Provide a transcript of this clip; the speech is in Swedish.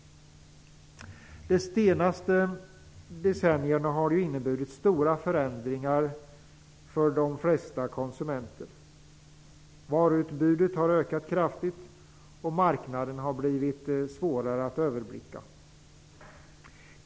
De senaste decennierna har inneburit stora förändringar för de flesta konsumenter. Varuutbudet har ökat kraftigt, och marknaden har blivit svårare att överblicka.